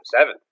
seven